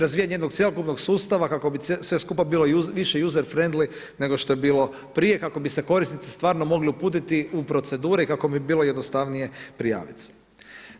Razvijanje jednog cjelokupnog sustava, kako bi sve skupa bilo više … nego što je bilo prije, kako bi se korisnici, stvarno mogli uputiti u procedure i kako bi bilo jednostavnije prijaviti se.